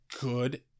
Good